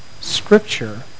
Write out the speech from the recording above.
scripture